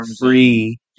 free